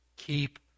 Keep